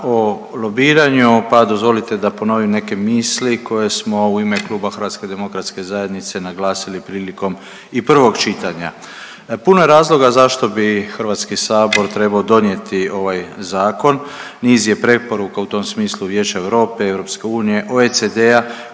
dozvolite pa dozvolite da ponovim neke misli koje smo u ime kluba HDZ naglasili prilikom i prvog čitanja. Puno je razloga zašto bi Hrvatski sabor trebao donijeti ovaj zakon, niz je preporuka u tom smislu Vijeća Europe, EU, OECD-a